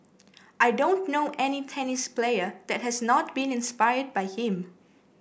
I don't know any tennis player that has not been inspired by him